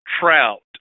trout